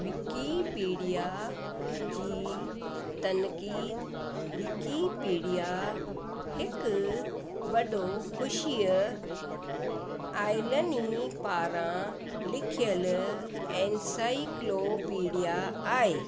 Wikipedia जी तनकी Wikipedia हिकु वॾो ख़ुशीअ आयलनी पारां लिखियल एंसाइक्लोपीडिया आहे